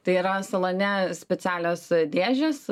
tai yra salone specialios dėžės